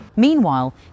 Meanwhile